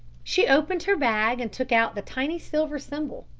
she opened her bag and took out the tiny silver symbol,